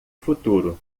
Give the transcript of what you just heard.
futuro